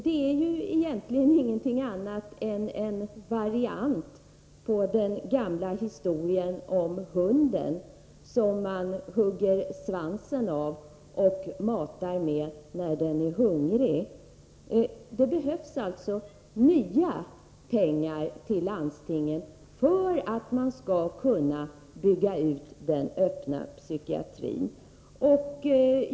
Detta är egentligen ingenting annat än en variant på den gamla historien om hunden som man hugger svansen av och matar med denna när hunden är hungrig. Det behövs nya pengar till landstingen för att man skall kunna bygga ut den öppna psykiatrin.